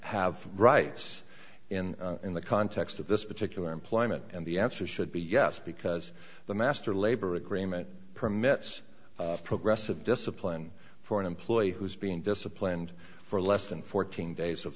have rights in in the context of this particular employment and the answer should be yes because the master labor agreement permits progressive discipline for an employee who is being disciplined for less than fourteen days of